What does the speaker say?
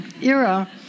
era